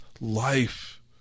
life